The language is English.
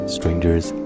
Strangers